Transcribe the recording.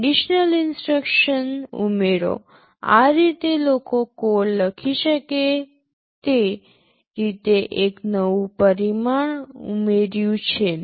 conditional instruction ઉમેરો આ રીતે લોકો કોડ લખી શકે તે રીતે એક નવું પરિમાણ ઉમેર્યું છે